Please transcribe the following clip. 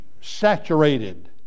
saturated